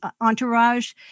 entourage